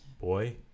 Boy